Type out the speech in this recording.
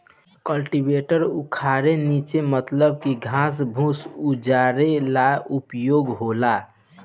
cultivator उखारे नोचे मतलब की घास फूस उजारे ला उपयोग होखेला